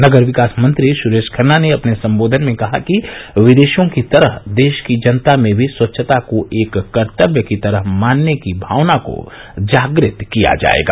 नगर विकास मंत्री सुरेश खन्ना ने अपने सम्बोधन में कहा कि विदेशों की तरह देश की जनता में भी स्वच्छता को एक कर्तव्य की तरह मानने की भावना को जागृत किया जायेगा